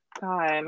god